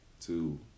Two